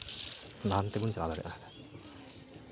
ᱞᱟᱦᱟ ᱛᱮᱵᱚᱱ ᱪᱟᱞᱟᱣ ᱫᱟᱲᱮᱭᱟᱜᱼᱟ